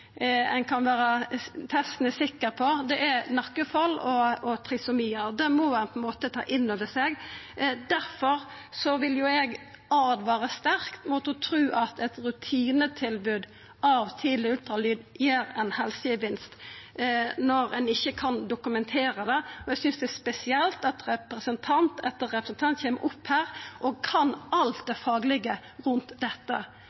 testen er sikker på, gjeld nakkefold og trisomiar. Det må ein ta inn over seg. Difor vil eg åtvara sterkt mot å tru at eit rutinetilbod om tidleg ultralyd gir ein helsegevinst – når ein ikkje kan dokumentera det. Og eg synest det er spesielt at representant etter representant kjem opp her og kan alt det faglege rundt dette.